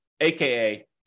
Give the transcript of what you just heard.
aka